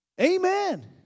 amen